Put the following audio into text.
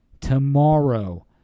tomorrow